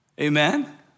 Amen